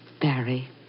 Barry